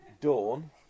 dawn